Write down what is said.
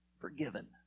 Forgiven